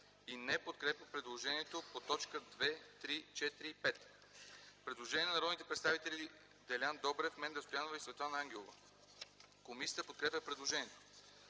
и не подкрепя предложението по точки3, 4 и 5. Предложение на народните представители Делян Добрев, Менда Стоянова и Светлана Ангелова. Комисията подкрепя предложението.